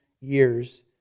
years